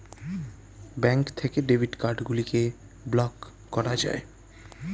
bank থেকে debit card গুলিকে block করা যায়